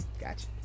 Gotcha